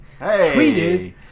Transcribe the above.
tweeted